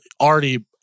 already